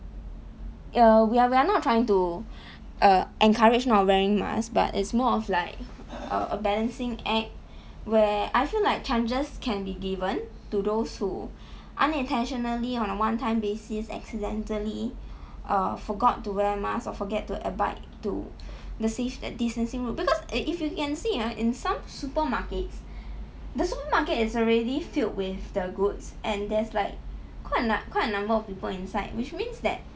err we are we are not trying to err encourage not wearing mask but it's more of like err a balancing act where I feel like chances can be given to those who unintentionally on one time basis accidentally err forgot to wear mask or forget to abide to the safe distancing rule because if you can see ah in some supermarkets the supermarket is already filled with the goods and there's like quite quite a number of people inside which means that